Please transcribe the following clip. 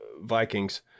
Vikings